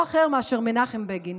אותם, אמר לא אחר מאשר מנחם בגין.